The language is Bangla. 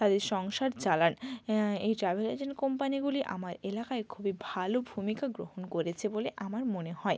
তাদের সংসার চালান এই ট্রাভেল এজেন্ট কোম্পানিগুলি আমাদের এলাকায় খুবই ভালো ভূমিকা গ্রহণ করেছে বলে আমার মনে হয়